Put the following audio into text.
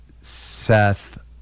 Seth